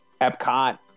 Epcot